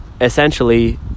essentially